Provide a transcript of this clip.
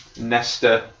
Nesta